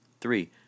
Three